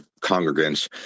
congregants